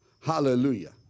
Hallelujah